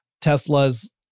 Tesla's